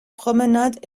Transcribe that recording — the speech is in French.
promenade